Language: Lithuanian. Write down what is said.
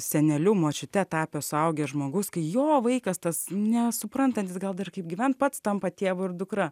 seneliu močiute tapęs suaugęs žmogus kai jo vaikas tas nesuprantantis gal dar kaip gyvent pats tampa tėvu ir dukra